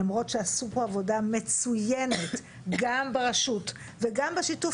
למרות שעשו פה עבודה מצוינת גם ברשות וגם בשיתוף